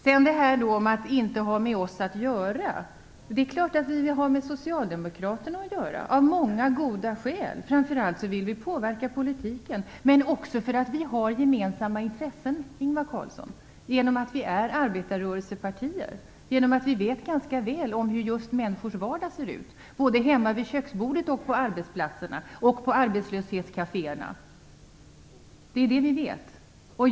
Så till detta med att vi inte skulle vilja ha med Socialdemokraterna att göra. Det är klart att vi vill det, av många goda skäl. Framför allt vill vi påverka politiken. Men vi har också många gemensamma intressen, Ingvar Carlsson, genom att vi är arbetarrörelsepartier och genom att vi ganska väl vet hur människors vardag ser ut, såväl hemma vid köksbordet som på arbetsplatserna och arbetslöshetskaféerna. Det vet vi.